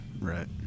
Right